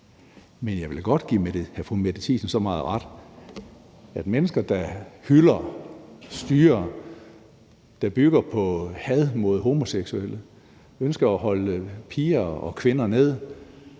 Men jeg vil da godt give fru Mette Thiesen så meget ret, at mennesker, der hylder styrer, der bygger på had mod homoseksuelle og ønsker at holde piger og kvinder nede,